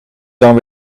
dan